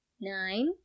Nine